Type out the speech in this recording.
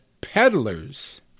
peddlers